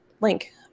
link